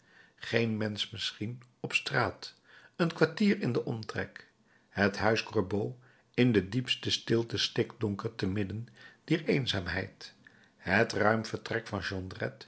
geen mensch misschien op straat een kwartier in den omtrek het huis gorbeau in de diepste stilte stikdonker te midden dier eenzaamheid het ruim vertrek van